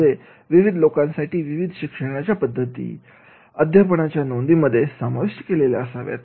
म्हणजे विविध लोकांसाठी विविध शिक्षणाच्या पद्धती अध्यापनाच्या नोंदीमध्ये समाविष्ट असाव्यात